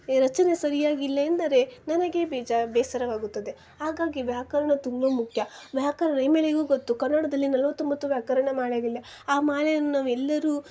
ರಚನೆ ಸರಿಯಾಗಿಲ್ಲ ಎಂದರೆ ನನಗೆ ಬೇಜಾರು ಬೇಸರವಾಗುತ್ತದೆ ಹಾಗಾಗಿ ವ್ಯಾಕರಣ ತುಂಬ ಮುಖ್ಯ ವ್ಯಾಕರಣ ನಿಮ್ಮೆಲ್ರಿಗೂ ಗೊತ್ತು ಕನ್ನಡದಲ್ಲಿ ನಲ್ವತ್ತೊಂಬತ್ತು ವ್ಯಾಕರಣ ಮಾಲೆಗಳಿವೆ ಆ ಮಾಲೆಯನ್ನು ನಾವು ಎಲ್ಲರೂ